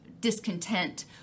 discontent